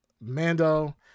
Mando